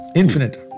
infinite